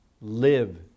live